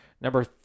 number